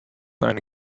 eine